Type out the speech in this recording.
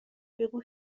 بگو